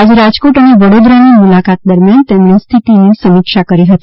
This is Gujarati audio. આજે રાજકોટ અને વડોદરાની મુલાકાત દરમિયાન તેમણે સ્થિતિ સમીક્ષા કરી હતી